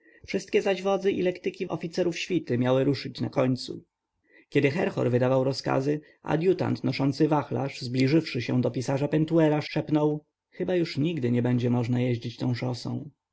wszystkie zaś wozy i lektyki oficerów świty miały ruszyć na końcu kiedy herhor wydawał rozkazy adjutant noszący wachlarz zbliżywszy się do pisarza pentuera szepnął chyba już nigdy nie będzie można jeździć tą szosą